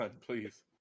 please